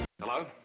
Hello